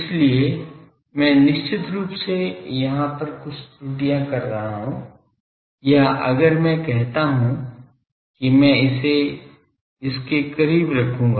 इसलिए मैं निश्चित रूप से यहाँ पर कुछ त्रुटियां कर रहा हूं या अगर मैं कहता हूं कि मैं इसे इसके करीब रखूँगा